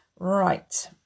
Right